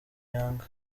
yanga